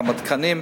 כמה תקנים,